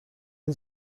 این